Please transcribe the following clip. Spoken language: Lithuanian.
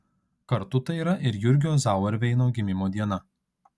kartu tai yra ir jurgio zauerveino gimimo diena